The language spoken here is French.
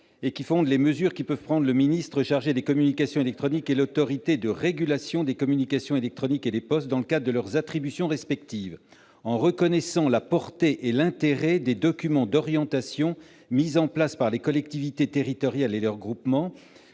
lesquels fondent les mesures que peuvent prendre le ministre chargé des communications électroniques et l'Autorité de régulation des communications électroniques et des postes dans le cadre de leurs attributions respectives. Il s'agit de reconnaître la portée et l'intérêt des documents d'orientation élaborés par les collectivités territoriales et leurs groupements